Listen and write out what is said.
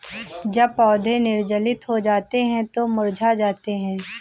जब पौधे निर्जलित हो जाते हैं तो मुरझा जाते हैं